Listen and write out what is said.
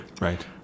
Right